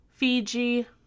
Fiji